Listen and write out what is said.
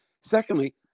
Secondly